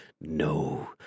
No